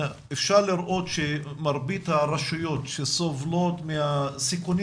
אפשר לראות שמרבית הרשויות שסובלות מהסיכונים